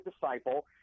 disciple